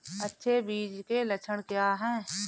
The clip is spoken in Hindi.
अच्छे बीज के लक्षण क्या हैं?